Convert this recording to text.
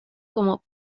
como